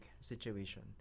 situation